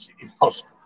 Impossible